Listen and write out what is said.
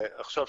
עכשיו,